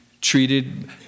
treated